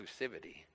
exclusivity